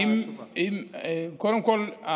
קודם כול,